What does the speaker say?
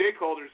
stakeholders